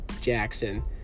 Jackson